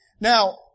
Now